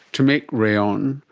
to make rayon,